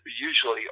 usually